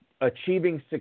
achieving